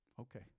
Okay